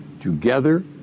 together